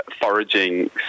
foraging